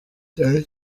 cyane